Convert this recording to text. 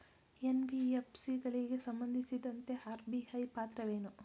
NBFC ಗಳಿಗೆ ಸಂಬಂಧಿಸಿದಂತೆ RBI ಪಾತ್ರವೇನು?